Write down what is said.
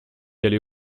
aller